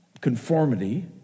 conformity